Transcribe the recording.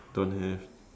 don't have